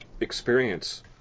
experience